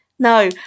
No